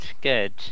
Good